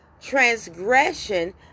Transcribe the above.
transgression